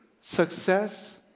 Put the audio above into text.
success